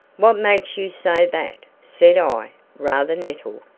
what makes you say that? said i, rather nettled.